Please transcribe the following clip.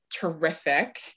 terrific